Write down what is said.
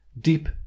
deep